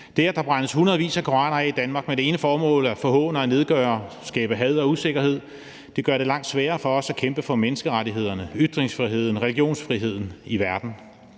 Det, at der brændes hundredvis af koraner af i Danmark med det ene formål at forhåne og nedgøre, skabe had og usikkerhed, gør det langt sværere for os at kæmpe for menneskerettighederne, ytringsfriheden og religionsfriheden i verden.